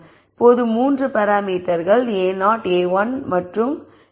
இப்போது 3 பராமீட்டர்கள் a0 a1 மற்றும் a2 உள்ளன